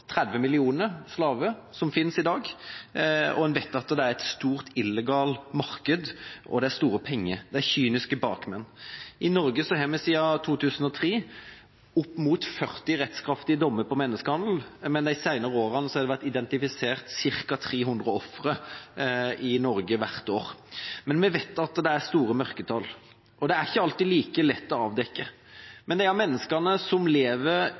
30 millioner slaver i dag. En vet at det er et stort illegalt marked, og det er store penger, det er kyniske bakmenn. I Norge har vi siden 2003 opp mot 40 rettskraftige dommer om menneskehandel, men de senere årene har det vært identifisert ca. 300 ofre hvert år. Vi vet at det er store mørketall, og det er ikke alltid like lett å avdekke. Disse menneskene lever i menneskehandel, lever i slaveri. Som